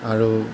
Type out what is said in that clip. আৰু